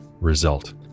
result